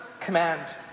command